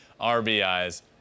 RBIs